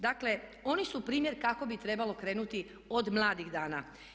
Dakle, oni su primjer kako bi trebalo krenuti od mladih dana.